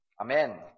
Amen